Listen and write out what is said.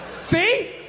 see